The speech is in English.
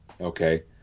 okay